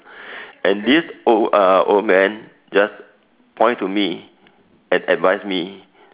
and this old uh old man just point to me and advise me